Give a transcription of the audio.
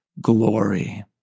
glory